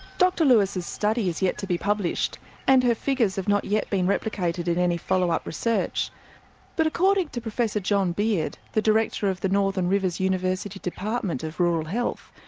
dr lewis's study is yet to be published and her figures have not yet been replicated in any follow-up research but according to professor john beard, the director of the northern rivers university department of rural health,